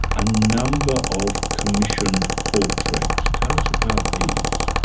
a number of commissioned portraits? tell us about these.